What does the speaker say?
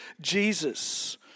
Jesus